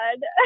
God